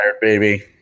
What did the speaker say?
baby